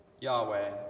Yahweh